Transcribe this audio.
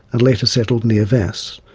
and later settled near vasse.